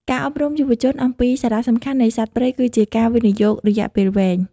ការអប់រំយុវជនអំពីសារៈសំខាន់នៃសត្វព្រៃគឺជាការវិនិយោគរយៈពេលវែង។